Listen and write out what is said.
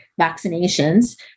vaccinations